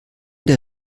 der